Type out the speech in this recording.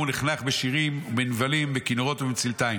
נחנך בשירים ובנבלים ובכינורות ובמצלתיים.